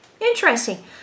Interesting